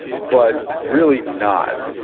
but really not.